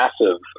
massive